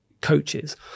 coaches